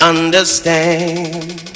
Understand